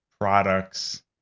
products